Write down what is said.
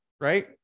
right